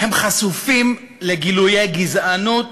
הם חשופים לגילויי גזענות